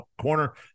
corner